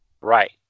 Right